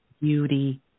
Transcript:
beauty